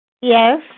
Yes